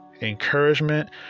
encouragement